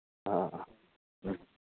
ꯑꯥ ꯑꯥ ꯑꯥ ꯎꯝ